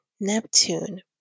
Neptune